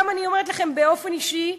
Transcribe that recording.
אני גם אומרת לכם, באופן אישי,